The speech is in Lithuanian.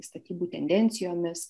statybų tendencijomis